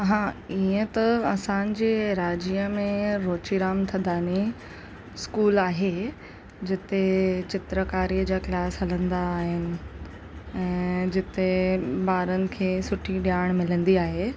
हा हीअं त असांजे राज्य में रुची राम थदानी स्कूल आहे जिते चित्रकारीअ जा क्लास हलंदा आहिनि ऐं जिते ॿारनि खे सुठी ॼाणु मिलंदी आहे